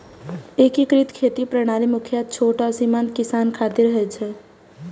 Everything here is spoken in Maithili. एकीकृत खेती प्रणाली मुख्यतः छोट आ सीमांत किसान खातिर होइ छै